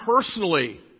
personally